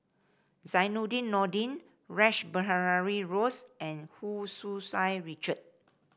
Zainudin Nordin Rash Behari Bose and Hu Tsu Richard